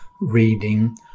reading